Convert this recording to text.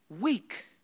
weak